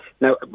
Now